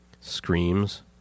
Screams